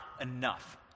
enough